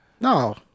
No